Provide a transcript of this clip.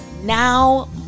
Now